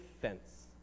fence